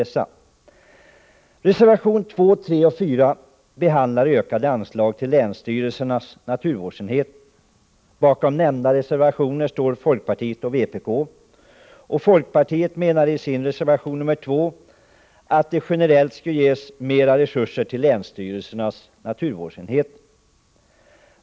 I reservationerna 2, 3 och 4 behandlas ökade anslag till länsstyrelsernas naturvårdsenheter. Bakom nämnda reservationer står folkpartiet och vpk. Folkpartiet menar i reservation nr 2 att det generellt skall ges mera resurser till länsstyrelsernas naturvårdsenheter.